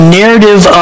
narrative